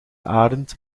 arend